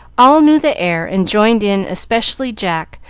all knew the air, and joined in, especially jack,